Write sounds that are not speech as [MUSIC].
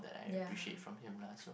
ya [BREATH]